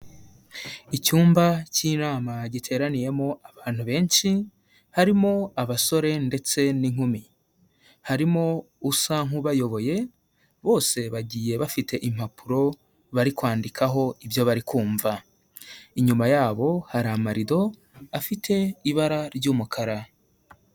Icyumba cy'inama giteraniyemo abantu benshi, harimo abasore ndetse n'inkumi. Harimo usa nk'ubayoboye bose bagiye bafite impapuro bari kwandikaho ibyo bari kumva. Inyuma yabo hari amarido afite ibara ry'umukara.